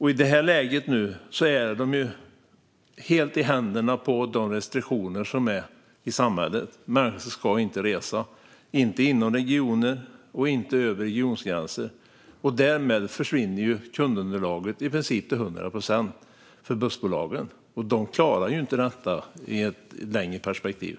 I det här läget är man helt i händerna på de restriktioner som gäller i samhället: Människor ska inte resa vare sig inom regioner eller över regiongränser. Därmed försvinner kundunderlaget för bussbolagen till i princip 100 procent. De klarar inte detta i ett längre perspektiv.